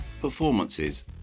performances